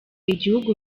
igihugu